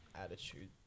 attitude